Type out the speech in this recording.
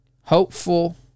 hopeful